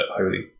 holy